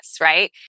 right